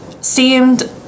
seemed